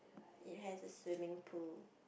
it has a swimming pool